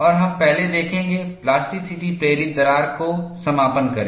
और हम पहले देखेंगे प्लास्टिसिटी प्रेरित दरार को समापन करें